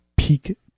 Peak